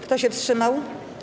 Kto się wstrzymał?